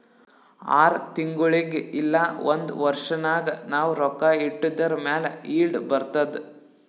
R ತಿಂಗುಳಿಗ್ ಇಲ್ಲ ಒಂದ್ ವರ್ಷ ನಾಗ್ ನಾವ್ ರೊಕ್ಕಾ ಇಟ್ಟಿದುರ್ ಮ್ಯಾಲ ಈಲ್ಡ್ ಬರ್ತುದ್